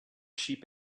sheep